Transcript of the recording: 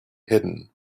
hidden